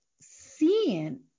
seeing